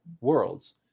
worlds